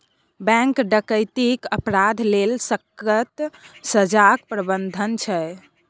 bank डकैतीक अपराध लेल सक्कत सजाक प्राबधान छै